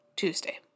Tuesday